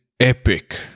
Epic